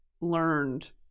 learned